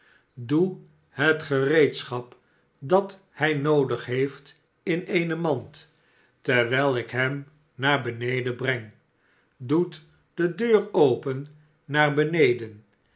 doe het gereedschap dat hij noodig heeft in eene mand terwijl ik hem naar beneden breng doet de deur open daar beneden